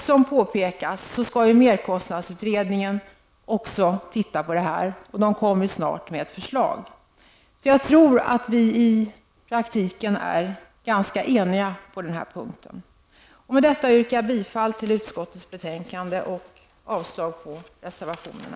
Som påpekas skall ju merkostnadsutredningen också se över detta, och den kommer snart att lägga fram ett förslag. Jag tror därför att vi i praktiken egentligen är ganska eniga på den här punkten. Med det anförda yrkar jag bifall till hemställan i utskottets betänkande och avslag på reservationerna.